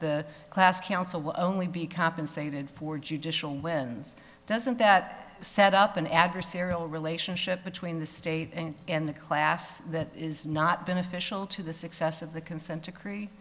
the class council will only be compensated for judicial wins doesn't that set up an adversarial relationship between the state and the class that is not beneficial to the success of the consent decree